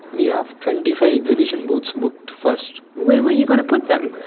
we have twenty five exhibition booths booked first. where were you going to put them?